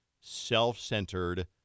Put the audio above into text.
self-centered